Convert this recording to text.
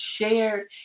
shared